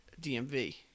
DMV